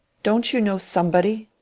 don't you know somebody?